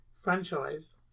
franchise